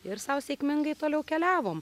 ir sau sėkmingai toliau keliavom